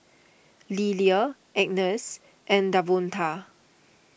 Lilia Agness and Davonta